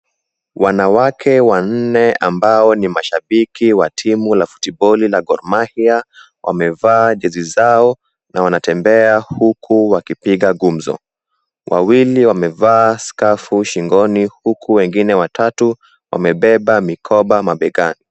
Wanawake wanne ambao ni mashabiki wa timu la futiboli la Gor-Mahia wamevaa jezi zao na wanatembea huku wakipiga gumzo, wawili wamevaa skafu shingoni huku wengine watatu wamebeba mikoba mabegani.